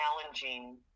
challenging